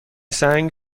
سنگ